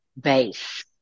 base